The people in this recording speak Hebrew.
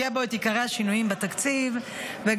יהיו בו את עיקרי השינויים בתקציב וגם,